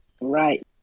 Right